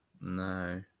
No